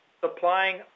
supplying